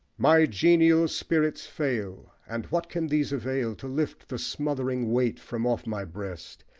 my genial spirits fail and what can these avail to lift the smothering weight from off my breast?